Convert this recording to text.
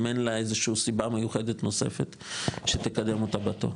אם אין לה איזשהו סיבה מיוחדת נוספת שתקדם אותה בתור.